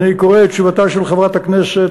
אני קורא את תשובתה של חברת הכנסת,